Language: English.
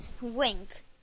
Wink